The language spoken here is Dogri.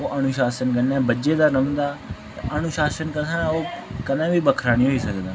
ओह् अनुशासन कन्नै बज्झे दा रौह्न्दा अनुशासन कशा ओह् कदें बी बक्खरा नी होई सकदा